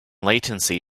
latency